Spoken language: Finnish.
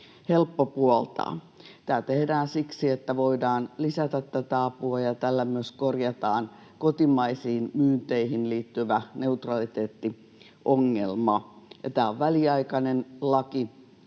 helppo puoltaa. Tämä tehdään siksi, että voidaan lisätä apua, ja tällä myös korjataan kotimaisiin myynteihin liittyvä neutraliteettiongelma. Tämä on väliaikainen laki,